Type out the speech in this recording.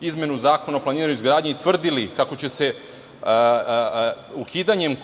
izmenu Zakona o planiranju i izgradnji i tvrdili kako će se ukidanjem